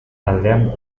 aldean